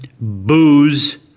booze